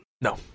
No